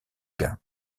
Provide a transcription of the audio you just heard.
gain